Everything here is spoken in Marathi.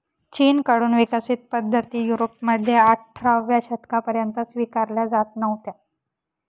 चीन कडून विकसित पद्धती युरोपमध्ये अठराव्या शतकापर्यंत स्वीकारल्या जात नव्हत्या